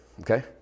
okay